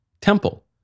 temple